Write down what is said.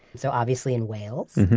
so obviously in wales,